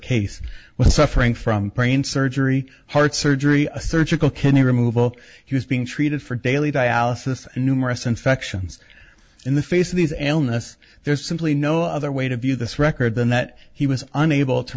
case was suffering from brain surgery heart surgery a surgical kidney removal he was being treated for daily dialysis numerous infections in the face of these ailments there's simply no other way to view this record than that he was unable to